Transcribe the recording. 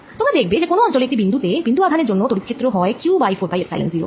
তোমরা দেখবে যে কোন অঞ্চলে একটি বিন্দু তে বিন্দু আধানের জন্য তড়িৎ ক্ষেত্র হয় Q বাই 4পাই এপসাইলন 0